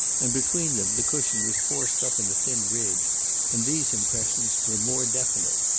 and between them the cushion was forced up in a thin ridge and these impressions were more definite.